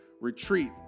RETREAT